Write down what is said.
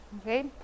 Okay